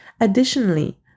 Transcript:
Additionally